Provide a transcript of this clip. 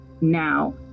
now